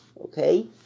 Okay